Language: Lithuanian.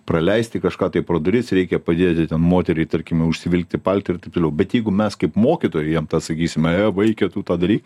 praleisti kažką tai pro duris reikia padėti ten moteriai tarkime užsivilkti paltą ir taip toliau bet jeigu mes kaip mokytojai jiem tą sakysime ė vaike tu tą daryk